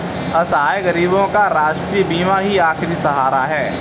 असहाय गरीबों का राष्ट्रीय बीमा ही आखिरी सहारा है